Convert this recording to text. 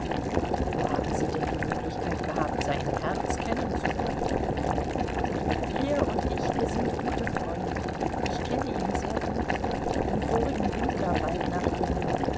wo haben sie denn die möglichkeit gehabt sein herz kennenzulernen er und ich wir sind gute freunde ich kenne ihn sehr gut im vorigen winter bald nachdem